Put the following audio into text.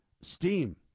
steam